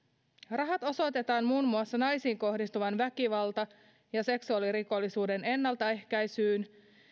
rahat osoitetaan muun muassa naisiin kohdistuvan väkivalta ja seksuaalirikollisuuden ennaltaehkäisyyn